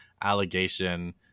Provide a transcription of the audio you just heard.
allegation